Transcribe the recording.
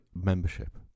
membership